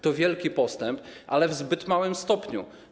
To wielki postęp, ale w zbyt małym stopniu.